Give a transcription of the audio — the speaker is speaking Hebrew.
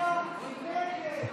(קוראת בשמות חברי הכנסת) סמי אבו שחאדה,